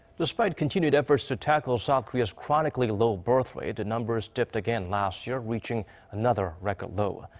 despite continued efforts to tackle south korea's chronically low birthrate, the numbers dipped again last year, reaching another record low.